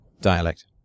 dialect